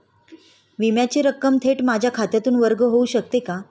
विम्याची रक्कम थेट माझ्या खात्यातून वर्ग होऊ शकते का?